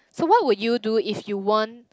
so what would you do if you won